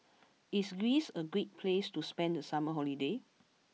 is Greece a great place to spend the summer holiday